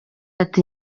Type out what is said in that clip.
ati